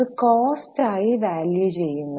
അത് കോസ്ററ് ആയി വാല്യൂ ചെയുന്നു